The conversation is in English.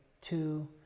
two